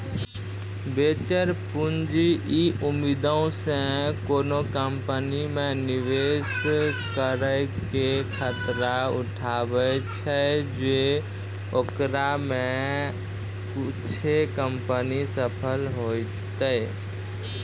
venture पूंजी इ उम्मीदो से कोनो कंपनी मे निवेश करै के खतरा उठाबै छै जे ओकरा मे कुछे कंपनी सफल होतै